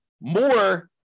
more